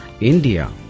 India